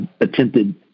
attempted